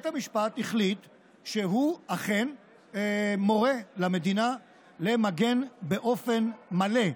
החליט שהוא אכן מורה למדינה למגן באופן מלא,